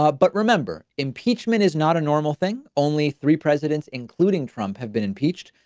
ah but remember, impeachment is not a normal thing. only three presidents, including trump, have been impeached.